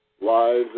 lives